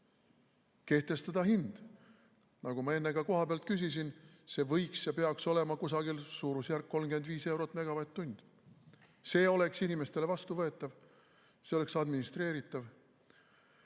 kehtestada hind. Nagu ma enne ka kohapealt küsisin, see võiks olla ja peaks olema suurusjärgus 35 eurot megavatt-tunni eest. See oleks inimestele vastuvõetav, see oleks administreeritav.